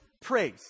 praise